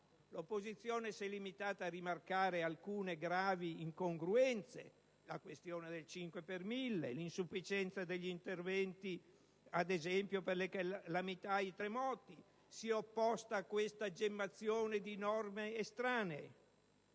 l'opposizione si è limitata a rimarcare alcune gravi incongruenze, come la questione del cinque per mille e l'insufficienza degli interventi, ad esempio, per le calamità e i terremoti, si è opposta a questa gemmazione di norme estranee.